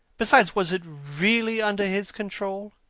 besides, was it really under his control?